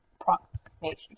approximation